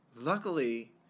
Luckily